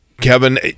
Kevin